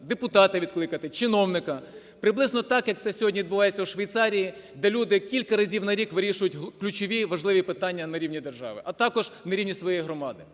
депутата відкликати, чиновника. Приблизно так, як це сьогодні відбувається у Швейцарії, де люди кілька разів на рік вирішують ключові важливі питання на рівні держави, а також на рівні своєї громади.